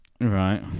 Right